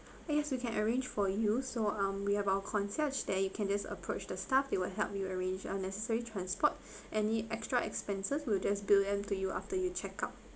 yes we can arrange for you so um we have our concierge that you can just approach the staff they will help you arrange uh necessary transports any extra expenses will just bill them to you after you check out